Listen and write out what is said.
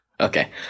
Okay